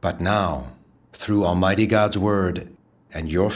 but now through almighty god's word and your